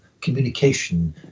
communication